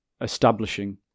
establishing